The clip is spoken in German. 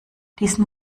diesen